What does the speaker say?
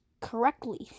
correctly